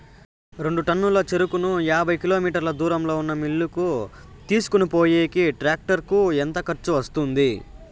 రెండు టన్నుల చెరుకును యాభై కిలోమీటర్ల దూరంలో ఉన్న మిల్లు కు తీసుకొనిపోయేకి టాక్టర్ కు ఎంత ఖర్చు వస్తుంది?